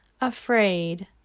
afraid